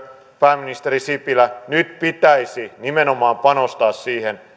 pääministeri sipilä nyt pitäisi nimenomaan panostaa siihen